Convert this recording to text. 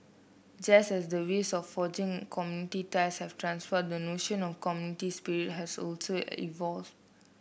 just as the ways of forging community ties have transformed the notion of community spirit has also evolved